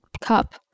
cup